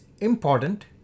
important